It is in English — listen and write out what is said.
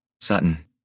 Sutton